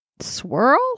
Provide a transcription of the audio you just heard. swirl